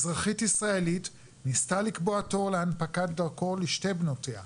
אזרחית ישראלית ניסתה לקבוע תור להנפקת דרכון לשתי בנותיה,